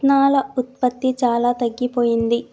రత్నాల ఉత్పత్తి చాలా తగ్గిపోయింది